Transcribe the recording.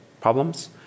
problems